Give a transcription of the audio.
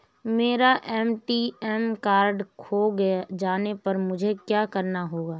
मेरा ATM card खो जाने पर मुझे क्या करना होगा?